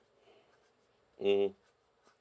mm